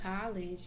college